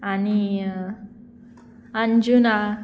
आनी अंजुना